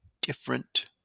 different